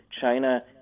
China